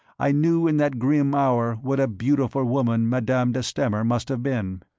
i knew in that grim hour what a beautiful woman madame de stamer must have been.